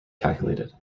calculated